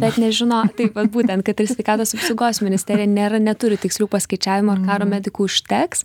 bet nežino taip vat būtent kaip ir sveikatos apsaugos ministerija nėra neturi tikslių paskaičiavimų ar karo medikų užteks